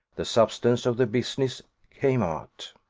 the substance of the business came out.